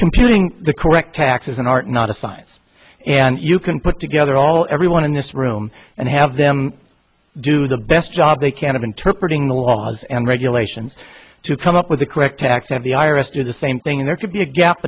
computing the correct tax is an art not a science and you can put together all everyone in this room and have them do the best job they can to interpret ingle laws and regulations to come up with the correct tax and the i r s do the same thing there could be a gap